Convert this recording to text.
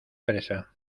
fresa